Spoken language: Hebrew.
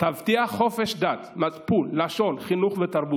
תבטיח חופש דת, מצפון, לשון, חינוך ותרבות"